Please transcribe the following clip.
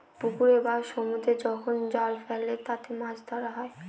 পুকুরে বা সমুদ্রে যখন জাল ফেলে তাতে মাছ ধরা হয়